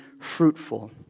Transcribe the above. fruitful